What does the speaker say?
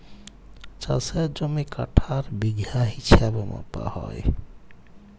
চাষের জমি কাঠা আর বিঘা হিছাবে মাপা হ্যয়